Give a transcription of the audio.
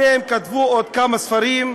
שניהם כתבו עוד כמה ספרים,